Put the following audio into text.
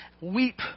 weep